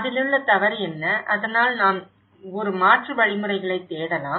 அதிலுள்ள தவறு என்ன அதனால் நாம் ஒரு மாற்று வழிமுறைகளைத் தேடலாம்